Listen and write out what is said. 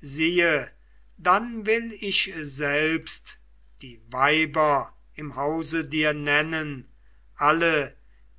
siehe dann will ich selbst die weiber im hause dir nennen alle